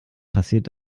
passiert